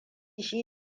shi